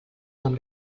nom